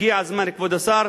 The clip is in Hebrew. הגיע הזמן, כבוד השר,